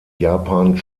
japan